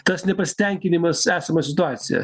tas nepasitenkinimas esama situacija